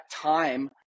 time